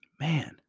man